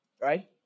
Right